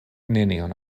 nenion